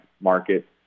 market